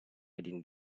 reading